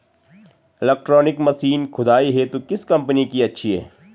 Electronic machine खुदाई हेतु किस कंपनी की अच्छी है?